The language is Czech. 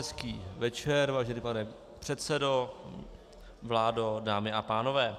Hezký večer, vážený pane předsedo, vládo, dámy a pánové.